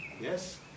Yes